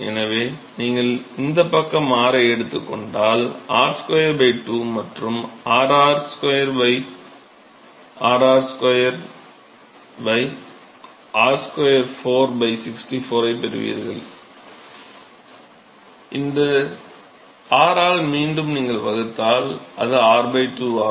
எனவே நீங்கள் இந்தப் பக்கம் r ஐ எடுத்துக் கொண்டால் r 2 2 மற்றும் r r 2 r 2 r 4 64 ஐ பெறுவீர்கள் நீங்கள் r ஆல் மீண்டும் வகுத்தால் அது r 2 ஆகும்